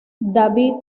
david